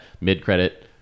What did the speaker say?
mid-credit